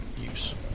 use